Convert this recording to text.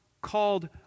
called